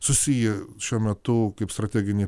susiję šiuo metu kaip strateginiai